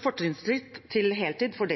fortrinnsrett til heltid for